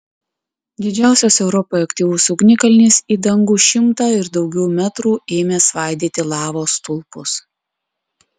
didžiausias europoje aktyvus ugnikalnis į dangų šimtą ir daugiau metrų ėmė svaidyti lavos stulpus